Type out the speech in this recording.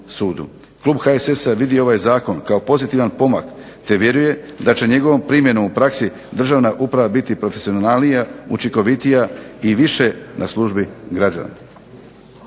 Klub HSS-a je vidio ovaj zakon kao pozitivan pomak te vjeruje da će njegovom primjenom u praksi državna uprava biti profesionalnija, učinkovitija i više na službi građana.